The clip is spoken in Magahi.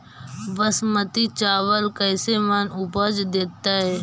बासमती चावल कैसे मन उपज देतै?